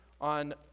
on